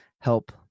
help